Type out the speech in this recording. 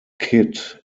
kidd